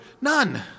None